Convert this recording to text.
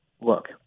look